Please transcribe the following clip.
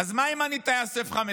אז מה אם אני טייס F-15I?